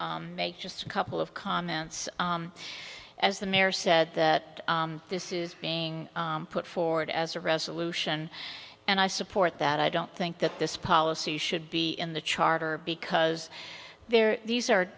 to make just a couple of comments as the mayor said that this is being put forward as a resolution and i support that i don't think that this policy should be in the charter because they're these are